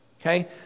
okay